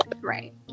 Right